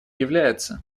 является